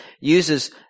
uses